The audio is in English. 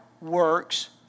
works